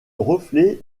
reflet